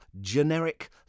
generic